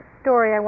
story